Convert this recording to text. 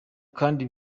kandi